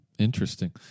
Interesting